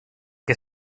que